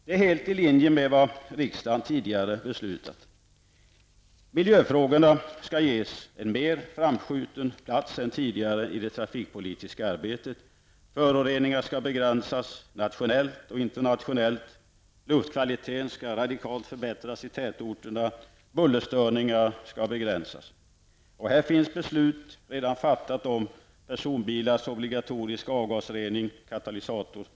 Det är helt i linje med vad riksdagen tidigare har beslutat: miljöfrågorna skall ges en mer framskjuten plats än tidigare i det trafikpolitiska arbetet. Föroreningar skall begränsas, nationellt och internationellt. Luftkvaliteten skall radikalt förbättras i tätorterna, bullerstörningar skall begränsas. Här finns redan fattade beslut om personbilars obligatoriska avgasrening, dvs. katalysatorrening.